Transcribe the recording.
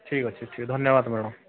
ଠିକ ଅଛି ଧନ୍ୟବାଦ ମ୍ୟାଡମ୍